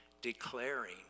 declaring